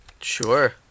Sure